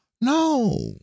no